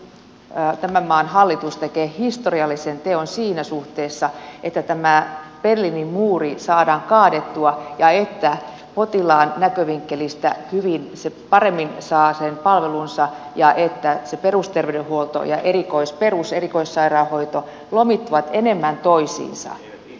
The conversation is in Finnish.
nyt tämän maan hallitus tekee historiallisen teon siinä suhteessa että tämä berliinin muuri saadaan kaadettua ja potilaan näkövinkkelistä potilas paremmin saa sen palvelunsa ja se perusterveydenhuolto ja peruserikoissairaanhoito lomittuvat enemmän toisiinsa